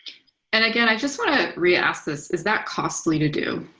and again, i just want to re-ask this is that costly to do?